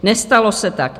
Nestalo se tak.